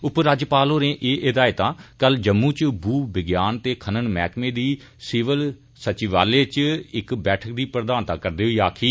उपराज्यपाल होरें एह हिदायतां कल जम्मू इच भू विज्ञान ते खनन मैहकमे दी सिविल सचिवालय च इक बैठक दी प्रधानता करदे होई आक्खी